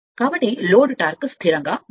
కాబట్టి load torque స్థిరంగా ఉంటుంది